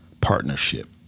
partnership